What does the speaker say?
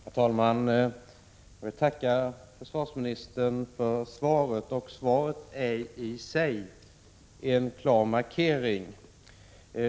Herr talman! Jag vill tacka försvarsministern för svaret, som i sig är en klar markering.